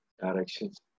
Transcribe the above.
directions